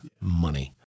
money